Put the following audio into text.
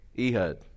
Ehud